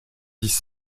disent